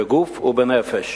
בגוף ובנפש.